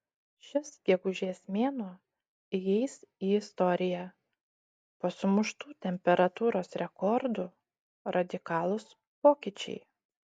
šis gegužės mėnuo įeis į istoriją po sumuštų temperatūros rekordų radikalūs pokyčiai